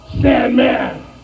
Sandman